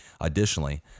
Additionally